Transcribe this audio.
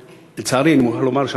אני מוכרח לומר,